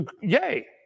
Yay